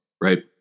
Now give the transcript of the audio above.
Right